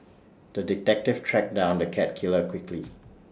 the detective tracked down the cat killer quickly